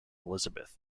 elizabeth